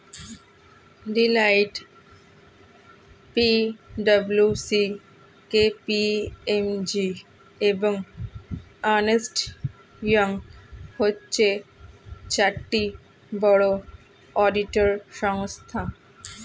Deloitte, P W C, K P M G, এবং Ernst Young হচ্ছে চারটি বড় অডিটর সংস্থা